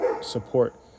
support